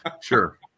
Sure